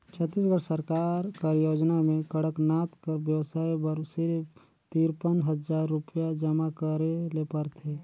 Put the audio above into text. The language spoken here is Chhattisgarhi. छत्तीसगढ़ सरकार कर योजना में कड़कनाथ कर बेवसाय बर सिरिफ तिरपन हजार रुपिया जमा करे ले परथे